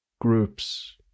groups